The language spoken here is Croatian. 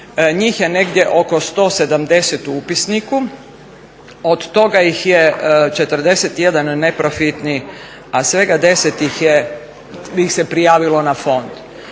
Njih je negdje oko 170 u upisniku, od toga ih je 41 neprofitni a svega 10 ih se prijavilo na fond.